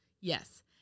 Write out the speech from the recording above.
Yes